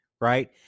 right